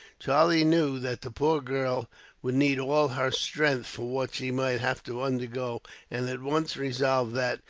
charlie knew that the poor girl would need all her strength, for what she might have to undergo and at once resolved that,